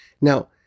Now